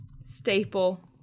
staple